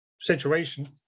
situation